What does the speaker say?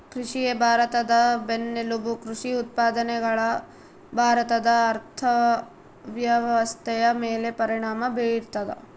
ಕೃಷಿಯೇ ಭಾರತದ ಬೆನ್ನೆಲುಬು ಕೃಷಿ ಉತ್ಪಾದನೆಗಳು ಭಾರತದ ಅರ್ಥವ್ಯವಸ್ಥೆಯ ಮೇಲೆ ಪರಿಣಾಮ ಬೀರ್ತದ